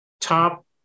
top